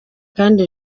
kandi